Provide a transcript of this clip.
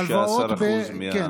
16% בערבות מדינה.